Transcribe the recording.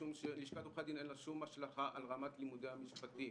משום שללשכת עורכי הדין אין שום השלכה על רמת לימודי המשפטים